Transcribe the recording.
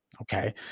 Okay